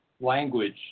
language